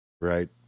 right